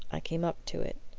i came up to it.